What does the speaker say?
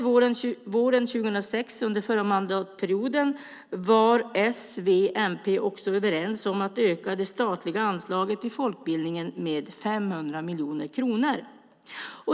Våren 2006, före valet, var s, v och mp också överens om att öka det statliga anslaget till folkbildningen med 500 miljoner kronor.